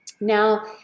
Now